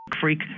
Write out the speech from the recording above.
freak